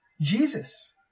Jesus